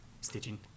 stitching